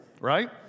right